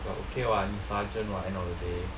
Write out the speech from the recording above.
but okay [what] 你 sergeant [what] end of the day